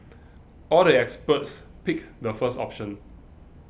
all the experts picked the first option